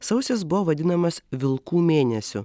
sausis buvo vadinamas vilkų mėnesiu